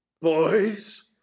Boys